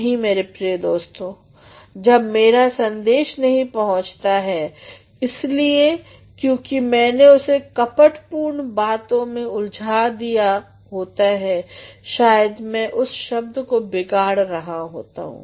नहीं मेरे प्रिय दोस्तों जब मेरा सन्देश नहीं पहुंचता है इसलिए क्योंकि मैंने उसे कपटपूर्ण बातों में उलझा दिया होता है शायद मै उस शब्द को बिगाड़ रहा होता हूँ